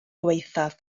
gwaethaf